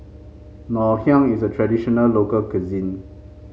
Ngoh Hiang is a traditional local cuisine